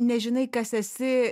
nežinai kas esi